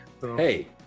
Hey